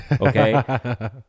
Okay